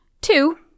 Two